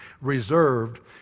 Reserved